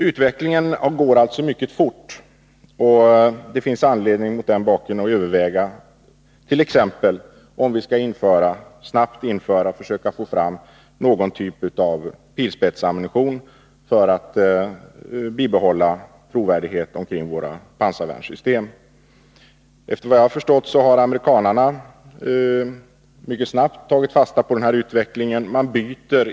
Utvecklingen går alltså mycket snabbt, och det finns mot den bakgrunden anledning att överväga om vi inte skyndsamt skall försöka få fram och införa t.ex. någon typ av pilspetsammunition för att bibehålla trovärdigheten för våra pansarvärnssystem. Efter vad jag har förstått har amerikanarna mycket snabbt tagit fasta på den här utvecklingen.